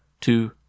Two